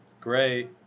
great